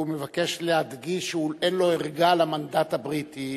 הוא מבקש להדגיש שאין לו ערגה למנדט הבריטי,